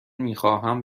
میخواهم